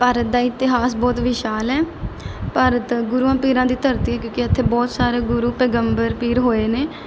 ਭਾਰਤ ਦਾ ਇਤਿਹਾਸ ਬਹੁਤ ਵਿਸ਼ਾਲ ਹੈ ਭਾਰਤ ਗੁਰੂਆਂ ਪੀਰਾਂ ਦੀ ਧਰਤੀ ਕਿਉਂਕਿ ਇੱਥੇ ਬਹੁਤ ਸਾਰੇ ਗੁਰੂ ਪੈਗੰਬਰ ਪੀਰ ਹੋਏ ਨੇ